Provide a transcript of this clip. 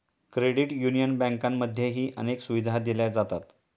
credit union बँकांमध्येही अनेक सुविधा दिल्या जातात